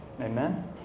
Amen